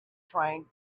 train